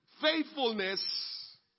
Faithfulness